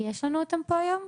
יש לנו אותם פה היום?